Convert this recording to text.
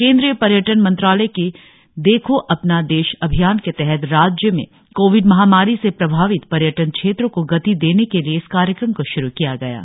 केंद्रीय पर्यटन मंत्रालय के देखो अपना देश अभियान के तहत राज्य में कोविड महामारी से प्रभावित प्रयटन क्षेत्रो को गति देने के लिए इस कार्यक्रम को शुरु किया गया है